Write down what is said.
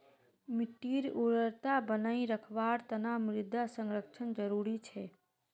मिट्टीर उर्वरता बनई रखवार तना मृदा संरक्षण जरुरी छेक